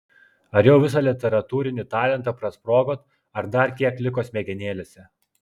ar jau visą literatūrinį talentą prasprogot ar dar kiek liko smegenėlėse